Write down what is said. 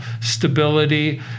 stability